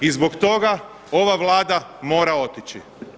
I zbog toga ova Vlada mora otići.